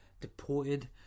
deported